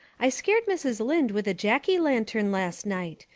i scared mrs. lynde with a jacky lantern last nite.